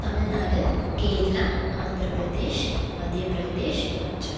Tamil Nadu Kerala Andhra Pradesh Madhya Pradesh Punjab